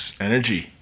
energy